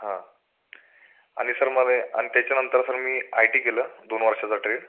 हां आणि सर मला अन् त्याच्यानंतर सर मी आय टी केलं दोन वर्षाचा ट्रेड